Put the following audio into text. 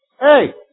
Hey